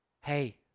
hey